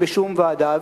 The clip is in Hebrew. בשום ועדה.